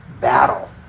battle